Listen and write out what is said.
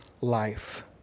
life